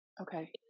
okay